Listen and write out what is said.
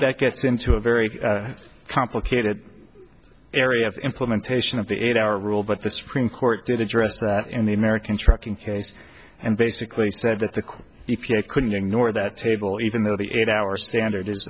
that gets into a very complicated area of implementation of the eight hour rule but the supreme court did address that in the american trucking case and basically said that the court if you couldn't ignore that table even though the eight hour standard is